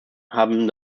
haben